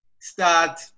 start